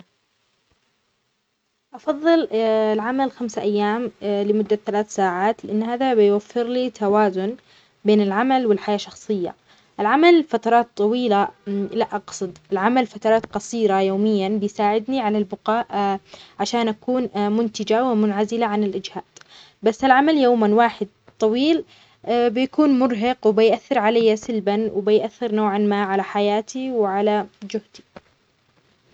أفضل العمل خمسة أيام بالأسبوع لمدة ثلاث ساعات. لأن هذا الخيار يوفر لي وقتًا أطول للاسترخاء والاستمتاع بالحياة، بينما يمكنني إنجاز مهامي بشكل يومي ولكن دون إرهاق. العمل يوم واحد لمدة خمسة عشر ساعة بيكون مجهدًا جدًا، ويقلل من وقت الراحة والأنشطة الأخرى.